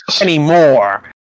anymore